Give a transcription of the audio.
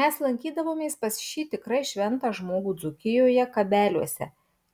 mes lankydavomės pas šį tikrai šventą žmogų dzūkijoje kabeliuose